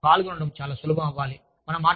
వారు పాల్గొనడం చాలా సులభం అవ్వాలి